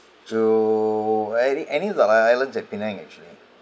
to any any of the the islands at penang actually